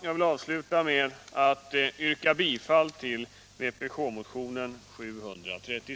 Jag vill avsluta med att yrka bifall till vpk-motionen 130: